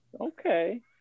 okay